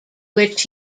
which